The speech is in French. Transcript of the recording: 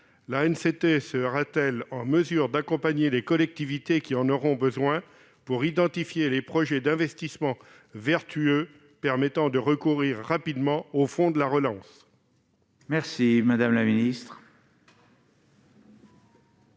l'ANCT sera-t-elle en mesure d'accompagner les collectivités qui en auront besoin et d'identifier les projets d'investissement vertueux permettant de recourir rapidement aux fonds de la relance ? La parole est à Mme la ministre.